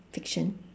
fiction